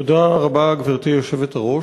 תודה רבה, גברתי היושבת-ראש,